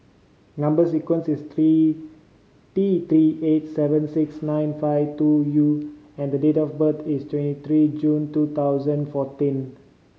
number sequence is three T Three eight seven six nine five two U and date of birth is twenty three June two thousand fourteen